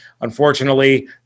Unfortunately